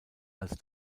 als